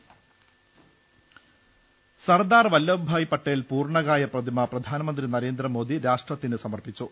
ൾ ൽ ൾ സർദാർ വല്ലഭ്ഭായ് പട്ടേൽ പൂർണ്ണകായ പ്രതിമ പ്രധാനമന്ത്രി നരേന്ദ്രമോദി രാഷ്ട്രത്തിന് സമർപ്പിച്ചു